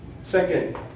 Second